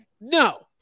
No